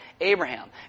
Abraham